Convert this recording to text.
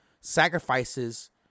sacrifices